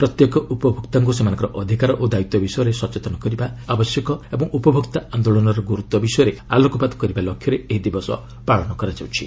ପତ୍ୟେକ ଉପଭୋକ୍ତାଙ୍କ ସେମାନଙ୍କର ଅଧିକାର ଓ ଦାୟିତ୍ୱ ବିଷୟରେ ସଚେତନ କରିବାର ଆବଶ୍ୟକ ଓ ଏବଂ ଉପଭୋକ୍ତା ଆନ୍ଦୋଳନର ଗୁରୁତ୍ୱ ବିଷୟରେ ଆଲୋକପାତ କରିବା ଲକ୍ଷ୍ୟରେ ଏହି ଦିବସ ପାଳନ କରାଯାଉଛି